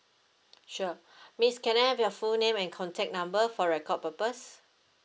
sure miss can I have your full name and contact number for record purpose